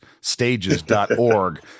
stages.org